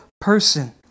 person